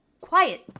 quiet